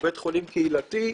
הוא בית חולים קהילתי,